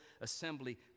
assembly